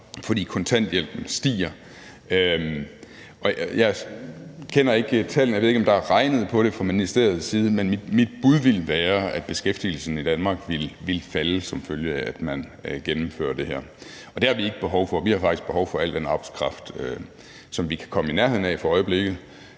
fordi kontanthjælpen stiger. Jeg kender ikke tallene; jeg ved ikke, om der er regnet på det fra ministeriets side, men mit bud ville være, at beskæftigelsen i Danmark ville falde som følge af, at man gennemfører det her. Det har vi ikke behov for. Vi har faktisk behov for al den arbejdskraft, som vi kan komme i nærheden af for øjeblikket,